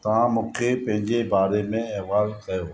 तव्हां मूंखे पंहिंजे बारे में अहवालु कयो